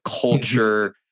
culture